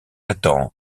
attend